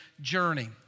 journey